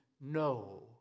No